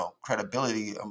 credibility